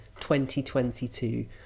2022